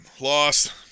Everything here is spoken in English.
lost